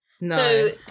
No